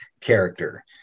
character